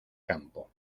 campo